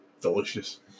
Delicious